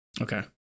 Okay